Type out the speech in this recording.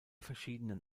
verschiedenen